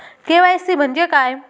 KYC म्हणजे काय?